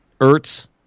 Ertz